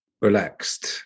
relaxed